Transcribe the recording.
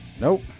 Nope